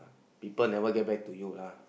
people never get back to you lah